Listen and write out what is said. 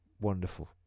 wonderful